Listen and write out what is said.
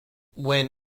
when